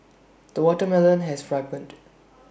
the watermelon has ripened